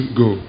go